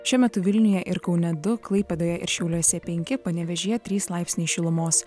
šiuo metu vilniuje ir kaune du klaipėdoje ir šiauliuose penki panevėžyje trys laipsniai šilumos